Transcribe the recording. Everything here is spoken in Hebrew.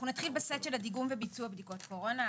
אנחנו נתחיל בסט של הדיגום וביצוע בדיקת הקורונה,